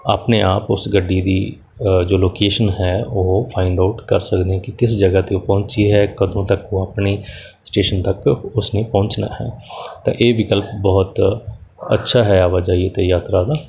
ਆਪਣੇ ਆਪ ਉਸ ਗੱਡੀ ਦੀ ਜੋ ਲੋਕੇਸ਼ਨ ਹੈ ਉਹ ਫਾਇੰਡ ਆਊਟ ਕਰ ਸਕਦੇ ਹਾਂ ਕਿ ਕਿਸ ਜਗ੍ਹਾ 'ਤੇ ਉਹ ਪਹੁੰਚੀ ਹੈ ਕਦੋਂ ਤੱਕ ਉਹ ਆਪਣੇ ਸਟੇਸ਼ਨ ਤੱਕ ਉਸ ਨੇ ਪਹੁੰਚਣਾ ਹੈ ਤਾਂ ਇਹ ਵਿਕਲਪ ਬਹੁਤ ਅੱਛਾ ਹੈ ਆਵਾਜਾਈ ਅਤੇ ਯਾਤਰਾ ਦਾ